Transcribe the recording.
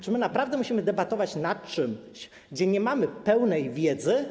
Czy my naprawdę musimy debatować nad czymś, o czym nie mamy pełnej wiedzy?